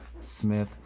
Smith